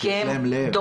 כי הם דואגים